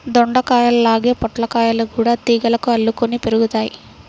దొండకాయల్లాగే పొట్లకాయలు గూడా తీగలకు అల్లుకొని పెరుగుతయ్